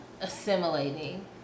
assimilating